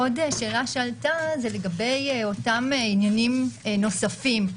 עוד שאלה שעלתה היא לגבי אותם עניינים נוספים,